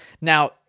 Now